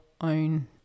own